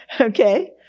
Okay